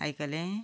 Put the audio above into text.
आयकलें